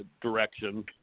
direction